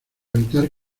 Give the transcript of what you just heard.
evitar